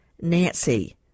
nancy